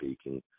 speaking